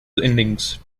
innings